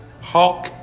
hulk